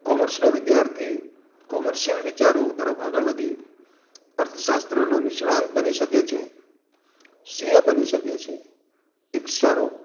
કોમર્સનો વિદ્યાર્થી કોમર્સિયલ વિચારો તરફ આગળ વધી અર્થશાસ્ત્રનો નિષ્ણાત બની શકે છે સીએ બની શકે છે એક સારો